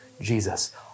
Jesus